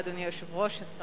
אדוני היושב-ראש, תודה.